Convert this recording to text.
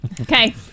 Okay